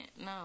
No